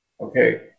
Okay